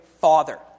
Father